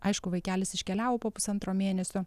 aišku vaikelis iškeliavo po pusantro mėnesio